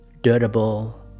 durable